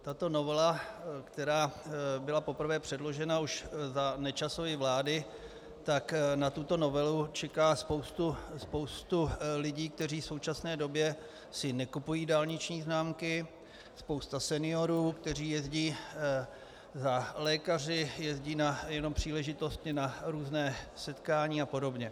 Tato novela, která byla poprvé předložena už za Nečasovy vlády, na tuto novelu čeká spousta lidí, kteří v současné době si nekupují dálniční známky, spousta seniorů, kteří jezdí za lékaři, jezdí jenom příležitostně na různá setkání a podobně.